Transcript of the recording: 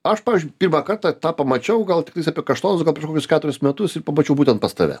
aš pavyzdžiui pirmą kartą tą pamačiau gal tiktais apie kaštonus gal prieš kokius keturis metus ir pamačiau būtent pas tave